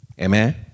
Amen